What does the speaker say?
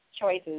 choices